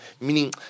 Meaning